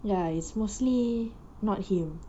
ya it's mostly not him